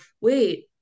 wait